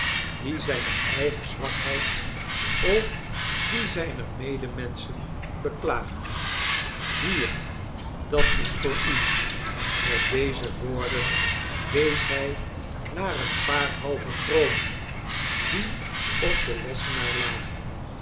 die zijne eigene zwakheid of die zijner medemenschen heklaagt hier dat is voor u met deze woorden wees hij naar een paar halve kronen die op den lessenaar lagen